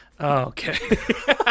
Okay